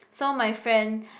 so my friend